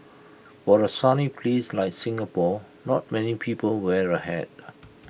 for A sunny place like Singapore not many people wear A hat